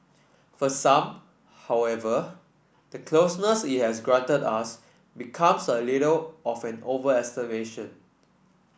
for some however the closeness it has granted us becomes a little